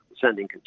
sending